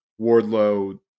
Wardlow